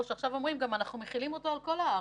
או שעכשיו אומרים: אנחנו מחילים אותו על כל הארץ?